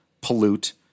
pollute